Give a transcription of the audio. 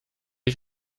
ich